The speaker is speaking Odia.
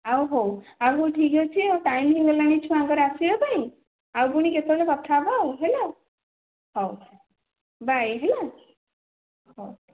ଆଉ ହେଉ ଆଉ ଠିକ୍ ଅଛି ଆଉ ଟାଇମ୍ ହେଇଗଲାଣି ଛୁଆଙ୍କର ଆସିବା ପାଇଁ ଆଉ ପୁଣି କେତେବେଳେ କଥା ହେବା ଆଉ ହେଲା ହଉ ବାଏ ହେଲା ହେଉ